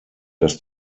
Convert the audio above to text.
dass